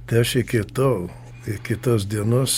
tai aš iki tol iki tos dienos